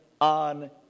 on